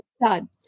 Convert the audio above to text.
done